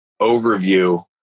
overview